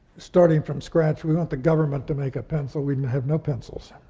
starting from scratch, we want the government to make a pencil, we'd have no pencils.